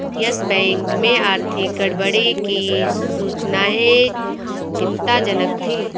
yes Bank में आर्थिक गड़बड़ी की सूचनाएं चिंताजनक थी